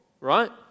Right